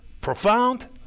Profound